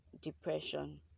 depression